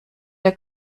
der